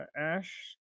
Ash